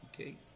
okay